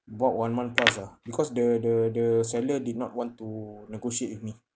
about one month plus lah because the the the seller did not want to negotiate with me